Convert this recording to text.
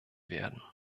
werden